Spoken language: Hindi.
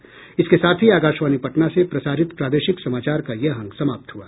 इसके साथ ही आकाशवाणी पटना से प्रसारित प्रादेशिक समाचार का ये अंक समाप्त हुआ